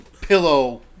pillow